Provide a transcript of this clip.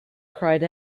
cried